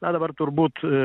na dabar turbūt